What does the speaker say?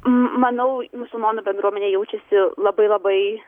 manau musulmonų bendruomenė jaučiasi labai labai